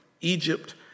Egypt